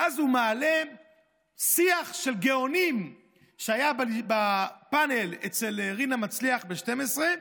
ואז הוא מעלה שיח של גאונים שהיה בפאנל אצל רינה מצליח ב-12:00,